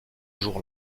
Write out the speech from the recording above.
jour